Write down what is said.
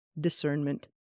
discernment